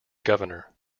governor